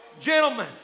Gentlemen